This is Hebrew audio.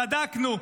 צדקנו.